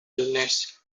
illness